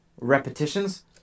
repetitions